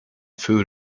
food